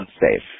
unsafe